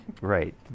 right